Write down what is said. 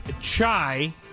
chai